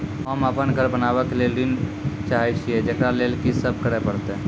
होम अपन घर बनाबै के लेल ऋण चाहे छिये, जेकरा लेल कि सब करें परतै?